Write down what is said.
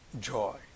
joy